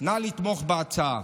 נא לתמוך בהצעה.